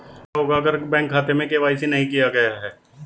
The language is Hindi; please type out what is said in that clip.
क्या होगा अगर बैंक खाते में के.वाई.सी नहीं किया गया है?